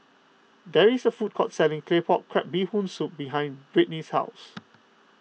there is a food court selling Claypot Crab Bee Hoon Soup behind Brittnie's house